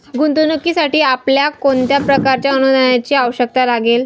गुंतवणुकीसाठी आपल्याला कोणत्या प्रकारच्या अनुदानाची आवश्यकता लागेल?